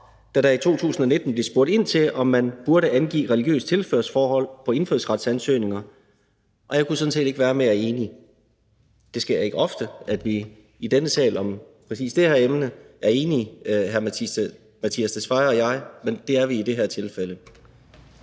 da der i 2019 blev spurgt ind til, om man burde angive religiøst tilhørsforhold på indfødsretsansøgninger, og jeg kunne sådan set ikke være mere enig. Det sker ikke ofte, at vi i denne sal er enige om præcis det her emne, hr. Mattias Tesfaye og jeg, men det er vi i det her tilfælde.